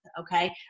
Okay